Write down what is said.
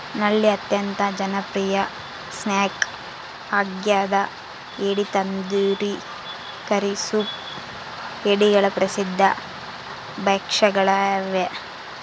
ನಳ್ಳಿ ಅತ್ಯಂತ ಜನಪ್ರಿಯ ಸ್ನ್ಯಾಕ್ ಆಗ್ಯದ ಏಡಿ ತಂದೂರಿ ಕರಿ ಸೂಪ್ ಏಡಿಗಳ ಪ್ರಸಿದ್ಧ ಭಕ್ಷ್ಯಗಳಾಗ್ಯವ